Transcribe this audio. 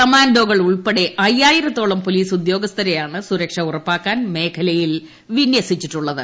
കമാൻഡോകൾ ഉൾപ്പെടെ അയ്യായിരത്തോളം പോലീസ് ഉദ്യോഗസ്ഥരെയാണ് സുരക്ഷ ഉറപ്പാക്കാൻ മേഖലയിൽ വിന്യസിച്ചിട്ടുള്ളത്